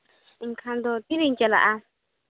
ᱮᱱᱠᱷᱟᱱ ᱫᱚ ᱛᱤᱨᱤᱧ ᱪᱟᱞᱟᱜᱼᱟ